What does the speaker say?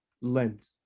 Lent